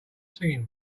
singing